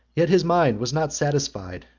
yet his mind was not satisfied,